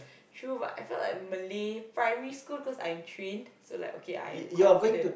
true but I felt like Malay Primary School cause I'm trained so like okay I'm confident